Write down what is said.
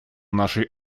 нашей